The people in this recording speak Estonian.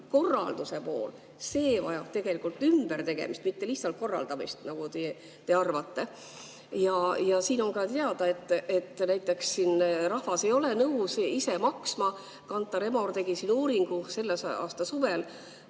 korralduse pool vajab tegelikult ümbertegemist, mitte lihtsalt korraldamist, nagu teie arvate. On ka teada, et näiteks rahvas ei ole nõus ise maksma. Kantar Emor tegi selle aasta suvel